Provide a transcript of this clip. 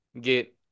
get